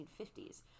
1950s